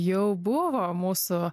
jau buvo mūsų